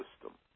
system